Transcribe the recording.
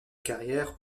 carrière